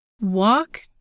walk